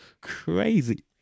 crazy